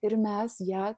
ir mes ją